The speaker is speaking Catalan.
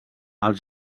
als